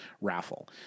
raffle